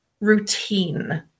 routine